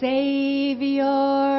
Savior